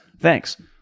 Thanks